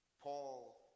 Paul